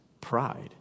pride